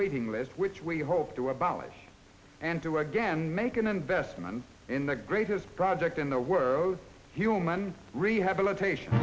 waiting list which we hope to abolish and to again make an investment in the greatest project in the world human rehab allocation